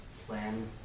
Plan